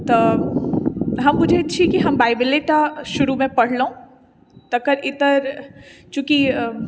तऽ हम बुझै छी कि हम बाइबिलए टा शुरूमे पढ़लहुँ तकर इतर चूँकि